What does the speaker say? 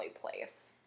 place